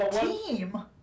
team